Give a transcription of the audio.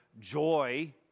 joy